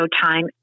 time